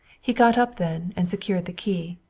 he got up then and secured the key.